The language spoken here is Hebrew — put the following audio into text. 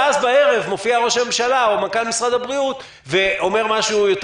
ואז בערב מופיע ראש הממשלה או מנכ"ל משרד הבריאות ואומר משהו...